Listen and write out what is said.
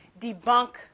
debunk